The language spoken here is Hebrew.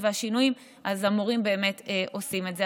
והשינויים אז המורים באמת עושים את זה.